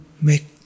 make